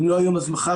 אם לא היום אז מחר,